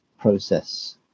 process